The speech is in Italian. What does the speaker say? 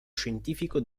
scientifico